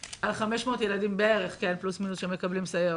בערך, שמקבלים סייעות.